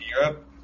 Europe